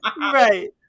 Right